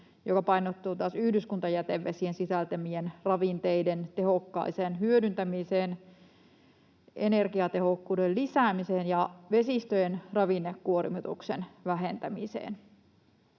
joka painottuu taas yhdyskuntajätevesien sisältämien ravinteiden tehokkaaseen hyödyntämiseen, energiatehokkuuden lisäämiseen ja vesistöjen ravinnekuormituksen vähentämiseen.